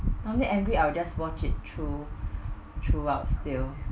normally angry I'll just watch it through through out still